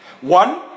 One